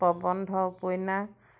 প্ৰবন্ধ উপন্যাস